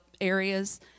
areas